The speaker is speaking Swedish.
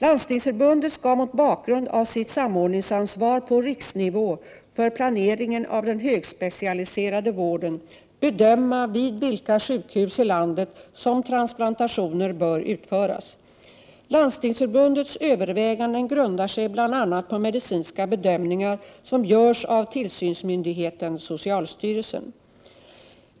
Landstingsförbundet skall mot bakgrund av sitt samordningsansvar på riksnivå för planeringen av den högspecialiserade vården bedöma vid vilka sjukhus i landet som transplantationer bör utföras. Landstingsförbundets överväganden grundar sig bl.a. på medicinska bedömningar som görs av tillsynsmyndigheten socialstyrelsen.